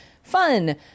fun